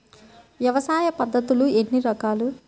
వ్యవసాయ పద్ధతులు ఎన్ని రకాలు?